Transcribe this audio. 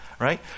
Right